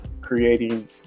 creating